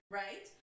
right